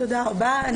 תודה רבה.